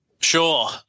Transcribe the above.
Sure